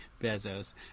Bezos